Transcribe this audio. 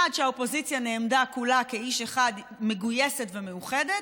1. שהאופוזיציה נעמדה כולה כאיש אחד מגויסת ומאוחדת,